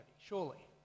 surely